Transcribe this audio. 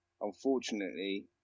unfortunately